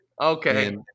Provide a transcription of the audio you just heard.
Okay